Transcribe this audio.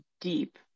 deep